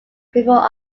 before